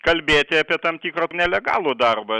kalbėti apie tam tikrą nelegalų darbą